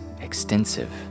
extensive